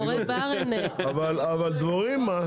אבל דבורים מה?